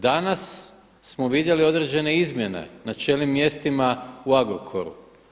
Danas smo vidjeli određene izmjene na čelnim mjestima u Agrokoru.